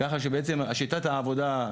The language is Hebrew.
ככה שבעצם שיטת העבודה,